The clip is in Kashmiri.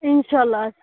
اِنشاء اللہ آسہِ